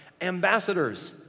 ambassadors